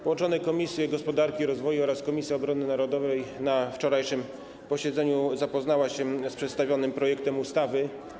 Połączone Komisje: Gospodarki i Rozwoju oraz Obrony Narodowej na wczorajszym posiedzeniu zapoznały się z przedstawionym projektem ustawy.